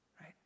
Right